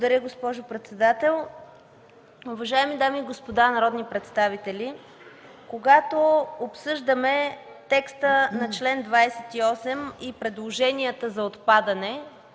Благодаря, госпожо председател. Уважаеми дами и господа народни представители, когато обсъждаме текста на чл. 28 и предложенията за отпадане,